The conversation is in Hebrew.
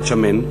אחד שמן?